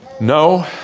No